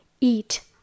eat